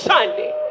Sunday